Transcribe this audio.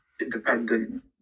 independent